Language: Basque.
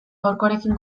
gaurkoarekin